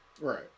Right